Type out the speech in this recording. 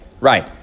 right